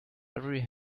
every